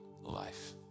life